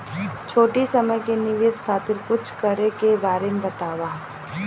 छोटी समय के निवेश खातिर कुछ करे के बारे मे बताव?